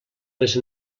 les